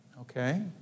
Okay